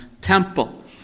temple